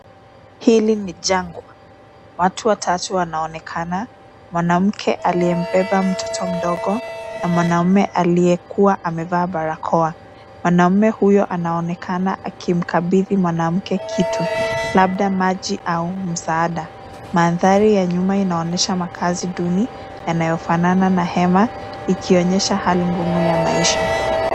Hili ni jangwa. Watu watatu wanaonekana mwanamke aliyembeba mtoto mdogo na mwanaume aliyekuwa amevaa barakoa. Mwanaume huyo anaonekana akimkabidhi mwanamke kitu labda maji au msaada. Mandhari ya nyuma inaonyesha makazi duni yanayofanana na hema ikionyesha hali ngumu ya maisha.